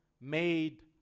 made